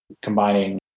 combining